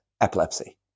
epilepsy